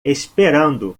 esperando